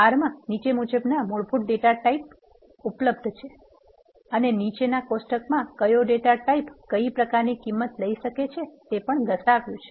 R માં નીચેનાં મુજબના મૂળભૂત ડેટા ટાઇપ પ્રકારો છે અને નિચેના કોષ્ટકમાં કયો ડેટા ટાઇપ કઇ પ્રકાર ની કિંમત લઇ શકે છે તે દર્શાવ્યુ છે